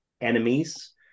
enemies